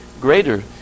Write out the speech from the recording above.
greater